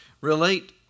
relate